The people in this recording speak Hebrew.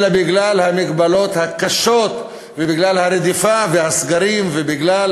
אלא בגלל המגבלות הקשות ובגלל הרדיפה והסגרים ובגלל